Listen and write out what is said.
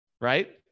right